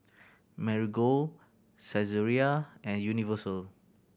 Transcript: Marigold Saizeriya and Universal